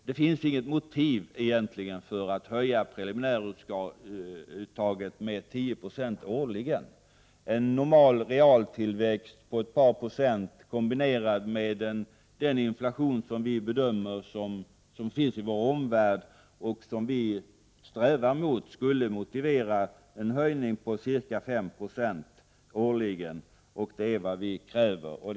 Det finns egentligen inte något motiv för att höja preliminäruttaget med 10 96 årligen. En normal real tillväxt på ett par procent kombinerad med inflationen i vår omvärld och som vi strävar mot skulle motivera en höjning med ca 5 9 årligen, och det är vad folkpartiet kräver.